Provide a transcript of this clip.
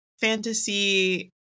fantasy